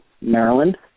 Maryland